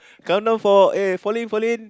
come down for eh fall in fall in